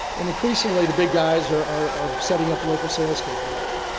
and increasingly, the big guys are are setting up local sales capability.